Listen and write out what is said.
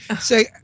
Say